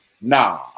Nah